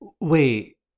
Wait